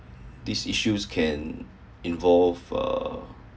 these issues can involve uh